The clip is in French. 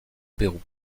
pérou